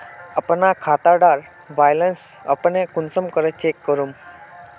अपना खाता डार बैलेंस अपने कुंसम करे चेक करूम?